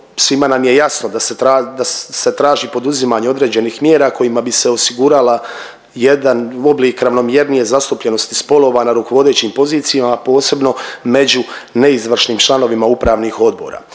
svima nam je jasno da se traži poduzimanje određenih mjera kojima bi se osigurala jedan oblik ravnomjernije zastupljenosti spolova na rukovodećim pozicijama, a posebno među neizvršnim članovima upravnih odbora.